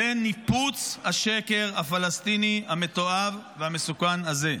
זה ניפוץ השקר הפלסטיני המתועב והמסוכן הזה,